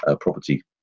property